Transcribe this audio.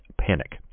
panic